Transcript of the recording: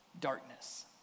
darkness